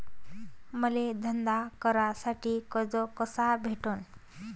मले धंदा करासाठी कर्ज कस भेटन?